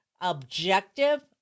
objective